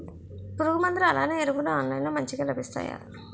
పురుగు మందులు అలానే ఎరువులు ఆన్లైన్ లో మంచిగా లభిస్తాయ?